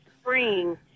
spring